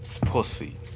Pussy